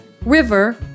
River